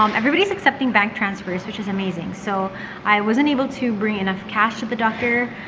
um everybody's accepting bank transfers, which is amazing! so i wasn't able to bring enough cash to the doctor.